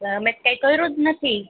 મેં તો કાંઈ કર્યું જ નથી